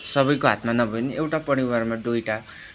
सबैको हातमा नभए पनि एउटा परिवारमा दुईवटा